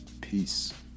Peace